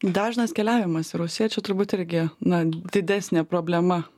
dažnas keliavimas į rusiją čia turbūt irgi na didesnė problema